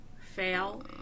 fail